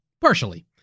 Partially